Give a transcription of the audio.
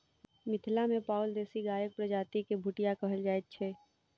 मिथिला मे पाओल देशी गायक प्रजाति के भुटिया कहल जाइत छै